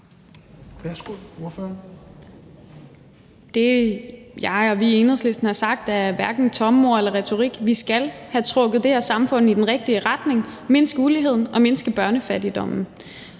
Det, jeg og vi i Enhedslisten har sagt, er hverken tomme ord eller retorik. Vi skal have trukket det her samfund i den rigtige retning og mindske uligheden og mindske børnefattigdommen.